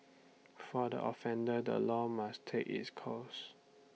for the offender the law must take its course